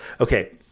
Okay